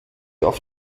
auf